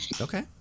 okay